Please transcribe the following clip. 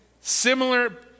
similar